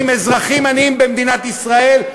אזרחים עניים במדינת ישראל,